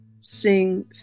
Sing